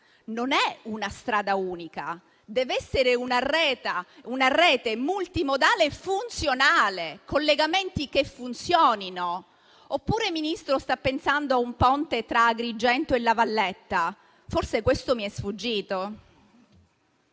non è una strada unica, ma dev'essere una rete multimodale e funzionale, con collegamenti che funzionino. Oppure, signor Ministro, sta pensando a un ponte tra Agrigento e La Valletta? Forse questo mi è sfuggito.